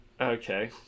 okay